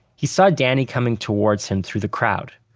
he saw danny coming towards him through the crowd.